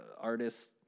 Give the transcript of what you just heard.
artists